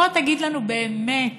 בוא תגיד לנו באמת